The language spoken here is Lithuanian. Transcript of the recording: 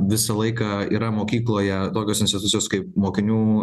visą laiką yra mokykloje tokios institucijos kaip mokinių